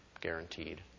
guaranteed